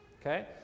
okay